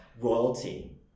royalty